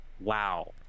Wow